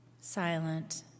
silent